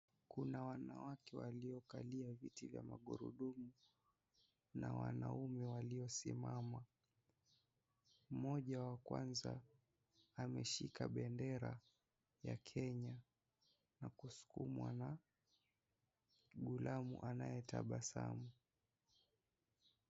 Kuna wanawake waliokalia viti vya magurudumu na wanaume waliosimama. Mmoja wa kwanza ameshika bendera ya Kenya na kusukumwa na ghulamu anayetabasamu.